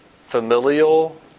familial